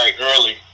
early